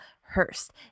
Hurst